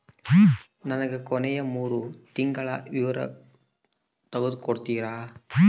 ನನಗ ಕೊನೆಯ ಮೂರು ತಿಂಗಳಿನ ವಿವರ ತಕ್ಕೊಡ್ತೇರಾ?